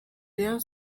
rayon